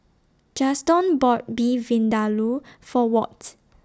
Juston bought Beef Vindaloo For Walt